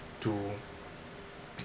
to